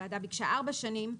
הוועדה ביקשה ארבע שנים,